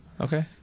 Okay